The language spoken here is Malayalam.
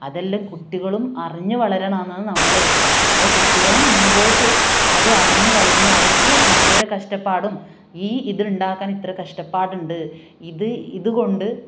അതെല്ലാം കുട്ടികളും അറിഞ്ഞ് വളരണം എന്നാണ് നമ്മളെ ഒരിത് അപ്പോൾ കുട്ടികളും മുമ്പോട്ട് അത് അറിഞ്ഞ് വളരുന്ന അവർക്കും മറ്റവരെ കഷ്ടപ്പാടും ഈ ഇതുണ്ടാക്കാൻ ഇത്ര കഷ്ടപ്പാടുണ്ട് ഇത് ഇത് കൊണ്ട്